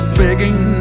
begging